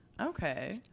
Okay